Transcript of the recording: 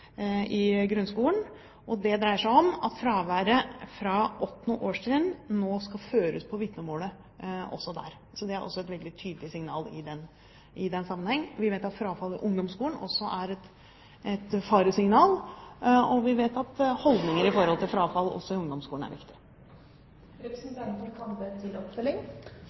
i grunnskolen. Det dreier seg om at fraværet fra åttende årstrinn nå skal føres på vitnemålet, også der. Så det er også et veldig tydelig signal i den sammenheng. Vi vet at frafall i ungdomsskolen er et faresignal, og vi vet at holdninger til frafall også er viktig i ungdomsskolen. Jeg synes statsråden kommer med gode svar. At Utdanningsdirektoratet ikke hadde som intensjon at det skulle føre til